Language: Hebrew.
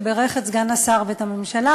שבירך את סגן השר ואת הממשלה,